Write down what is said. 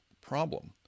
problem